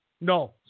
No